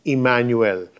Emmanuel